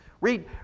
Read